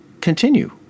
continue